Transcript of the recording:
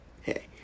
hey